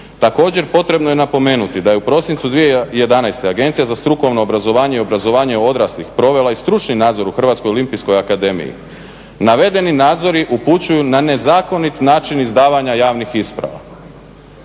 Također, potrebno je napomenuti da je u prosincu 2011. Agencija za strukovno obrazovanje i obrazovanje odraslih provela i stručni nadzor u Hrvatskoj olimpijskoj akademiji. Navedeni nadzori upućuju na nezakonit način izdavanja javnih isprava,